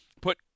put